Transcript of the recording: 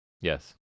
Yes